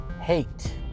Hate